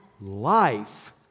life